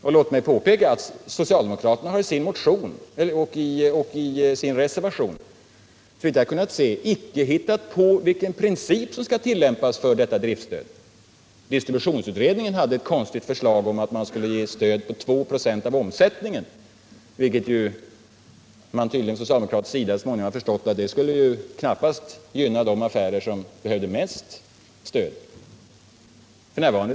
Och låt mig påpeka att socialdemokraterna i sin motion och i sina reservationer, såvitt jag har kunnat se, icke har hittat den princip som skall tillämpas för detta driftsstöd. Distributionsutredningen hade ett konstigt förslag om att man skulle ge stöd på 2 96 av omsättningen. Från socialdemokratisk sida har man tydligen så småningom förstått att det knappast skulle gynna de affärer som behöver mest stöd. F. n.